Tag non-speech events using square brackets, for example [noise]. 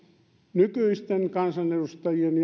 nykyisten kansanedustajien [unintelligible]